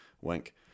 wink